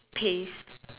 paste